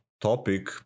topic